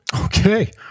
Okay